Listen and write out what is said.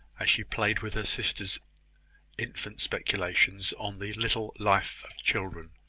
as she played with her sister's infant speculations on the little life of children,